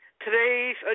today's